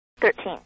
Thirteen